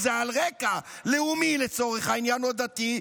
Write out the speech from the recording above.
אם זה על רקע לאומי לצורך העניין או דתי,